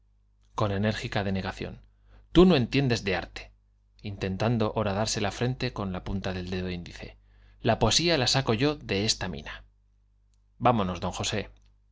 con enérgica denegación tú no entiendes de arte intentando horadarse la frente con la punta del dedo índice la poesía la saco yo de esta mina vámonos d josé